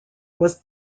was